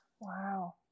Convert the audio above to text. Wow